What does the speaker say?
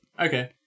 Okay